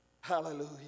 hallelujah